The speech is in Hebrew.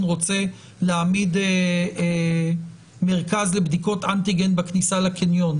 רוצה להעמיד מרכז לבדיקות אנטיגן בכניסה לקניון,